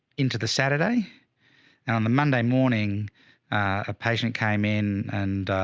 into the saturday and on the monday morning a patient came in and